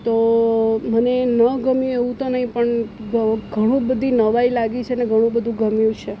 તો મને ન ગમ્યું એવું તો નહીં પણ ઘણી બધું નવાઈ લાગે છે અને ઘણું બધું ગમ્યું છે